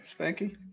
Spanky